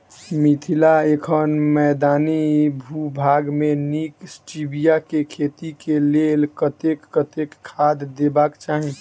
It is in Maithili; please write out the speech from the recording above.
मिथिला एखन मैदानी भूभाग मे नीक स्टीबिया केँ खेती केँ लेल कतेक कतेक खाद देबाक चाहि?